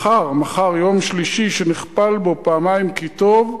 מחר, מחר, יום שלישי, שנכפל בו, פעמיים כי טוב,